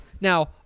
Now